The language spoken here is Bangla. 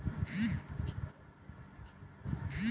শাঠ থেকে সত্তর কিলোগ্রাম চুন এক বিঘা জমিতে আমি প্রয়োগ করতে পারি?